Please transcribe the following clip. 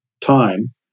time